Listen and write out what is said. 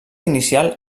inicial